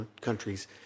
countries